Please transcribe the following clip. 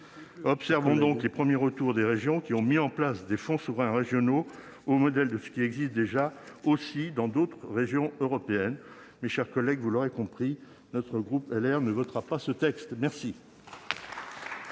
Attendons donc les premiers retours des régions qui ont mis en place des fonds souverains régionaux, sur le modèle de ce qui existe déjà dans d'autres régions européennes. Mes chers collègues, vous l'aurez compris, le groupe Les Républicains ne votera pas ce texte. La